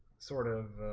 sort of